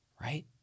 right